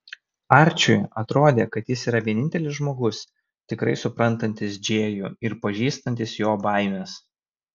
arčiui atrodė kad jis yra vienintelis žmogus tikrai suprantantis džėjų ir pažįstantis jo baimes